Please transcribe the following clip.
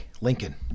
Lincoln